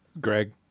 greg